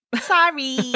Sorry